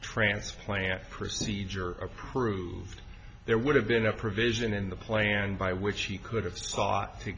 transplant procedure approved there would have been a provision in the plan by which he could have sought to